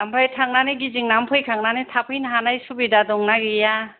आमफ्राइ थांनानै गिदिंनानै फैखांनानै थाफैनो हानाय सुबिदा दं ना गैया